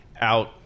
out